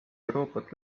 euroopat